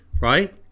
right